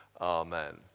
amen